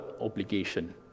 obligation